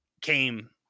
came